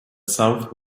south